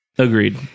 Agreed